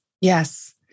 Yes